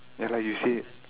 ya lah you said